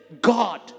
God